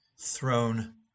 throne